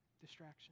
distraction